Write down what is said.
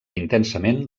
intensament